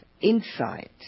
insight